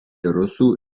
rusų